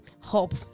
hope